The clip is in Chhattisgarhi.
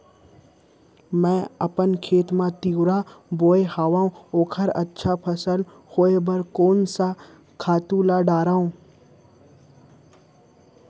मैं अपन खेत मा तिंवरा बोये हव ओखर अच्छा फसल होये बर कोन से खातू ला डारव?